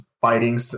fighting